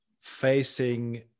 facing